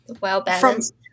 well-balanced